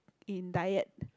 in diet